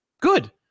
Good